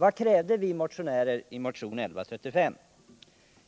Vad krävde vi i motionen 1135?